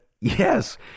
yes